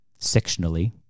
sectionally